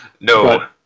No